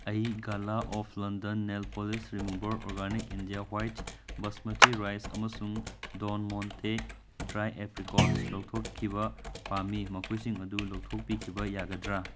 ꯑꯩ gala of London nail polish remover organic India white basmati rice ꯑꯃꯁꯨꯡ Don Monte dried apricots ꯂꯧꯊꯣꯛꯈꯤꯕ ꯄꯥꯝꯃꯤ ꯃꯈꯣꯏꯁꯤꯡ ꯑꯗꯨ ꯂꯧꯊꯣꯛꯄꯤꯈꯤꯕ ꯌꯥꯒꯗ꯭ꯔꯥ